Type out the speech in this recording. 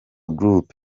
group